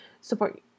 support